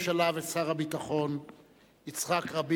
ומותר וצריך לרקום חלומות על עתיד טוב